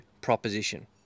proposition